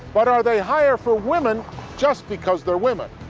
but are they hire for women just because they're women?